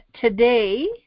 today